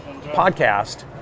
podcast